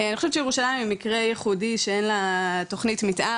אני חושבת שירושלים היא מקרה ייחודי שאין לה תוכנית מתאר,